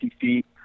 feet